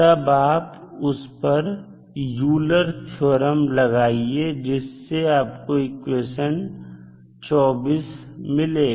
तब आप उस पर यूलर Euler's थ्योरम लगाइए जिससे आपको इक्वेशन 24 मिलेगा